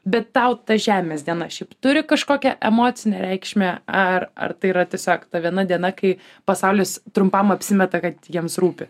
bet tau ta žemės diena šiaip turi kažkokią emocinę reikšmę ar ar tai yra tiesiog ta viena diena kai pasaulis trumpam apsimeta kad jiems rūpi